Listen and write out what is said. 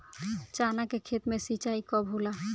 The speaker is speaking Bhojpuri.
चना के खेत मे सिंचाई कब होला?